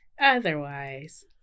Otherwise